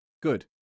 good